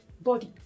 body